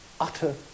Utter